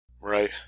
Right